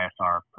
ISR